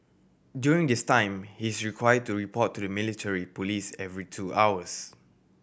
during this time he is required to report to the military police every two hours